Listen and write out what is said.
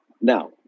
Now